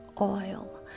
oil